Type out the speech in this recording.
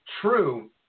true